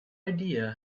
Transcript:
idea